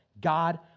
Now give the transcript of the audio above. God